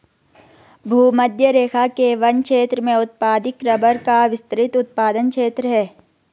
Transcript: भूमध्यरेखा के वन क्षेत्र में उत्पादित रबर का विस्तृत उत्पादन क्षेत्र है